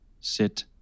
Sit